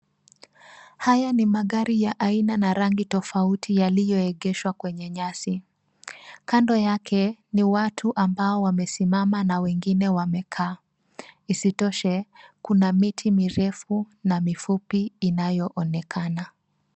Haya ni magari ya aina na rangi tofauti yaliyoegeshwa kwenye nyasi. Kando yake ni watu ambao wamesimama na wengine wamekaa. Isitoshe, kuna miti mirefu na mifupi inayoonekana.